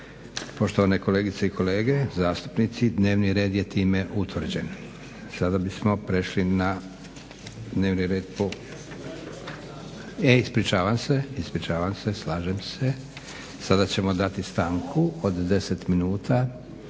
Poštovane kolegice i kolege zastupnici, dnevni red je time utvrđen. Sada bismo prešli na dnevni red po, e ispričavam se, ispričavam se. Slažem se. Sada ćemo dati stanku od 10 minuta.